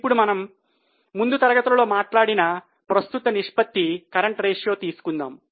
ఇప్పుడు ముందు తరగతిలో మాట్లాడిన ప్రస్తుత నిష్పత్తి తీసుకుందాం